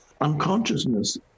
unconsciousness